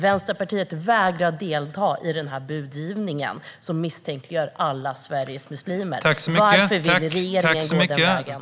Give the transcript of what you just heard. Vänsterpartiet vägrar att delta i den budgivning som misstänkliggör alla Sveriges muslimer. Varför vill regeringen gå den vägen?